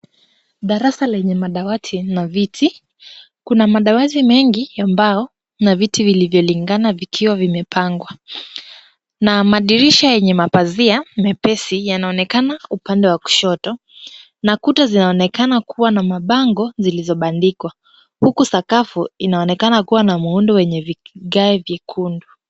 Darasa lenye madawati na viti. Kuna madawati mengi ya mbao na viti vilivyolingana, vikiwa vimepangwa na madirisha yenye mapazia mepesi, yanaonekana upande wa kushoto na kuta zinaonekana kuwa na mabango zilizobandikwa, huku sakafu inaonekana kuwa na muundo wenye vigae vyekundu.